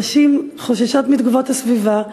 נשים חוששות מתגובות הסביבה,